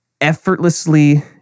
effortlessly